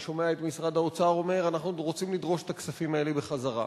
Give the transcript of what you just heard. אני שומע את משרד האוצר אומר: אנחנו רוצים לדרוש את הכספים האלה בחזרה.